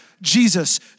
Jesus